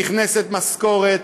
נכנסת משכורת,